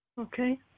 Okay